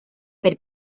per